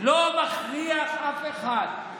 לא מכריח אף אחד.